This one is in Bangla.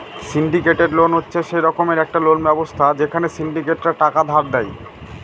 সিন্ডিকেটেড লোন হচ্ছে সে রকমের একটা লোন ব্যবস্থা যেখানে সিন্ডিকেটরা টাকা ধার দেয়